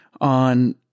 on